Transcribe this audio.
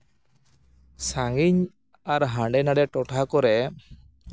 ᱥᱟᱺᱜᱤᱧ ᱟᱨ ᱦᱟᱸᱰᱮ ᱱᱷᱟᱰᱮ ᱴᱚᱴᱷᱟ ᱠᱚᱨᱮ